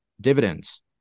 dividends